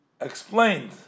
explained